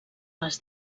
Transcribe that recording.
les